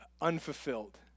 unfulfilled